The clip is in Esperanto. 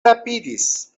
rapidis